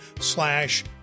slash